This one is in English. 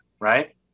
Right